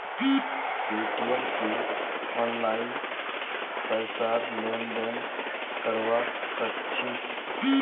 Paytm स online पैसार लेन देन करवा सक छिस